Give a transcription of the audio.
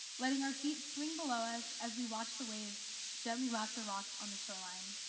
letting our feet swing below us as we watch the waves gently lap the rocks on the shoreline.